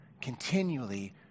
continually